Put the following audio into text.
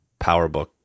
PowerBook